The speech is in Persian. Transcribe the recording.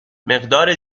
مقدار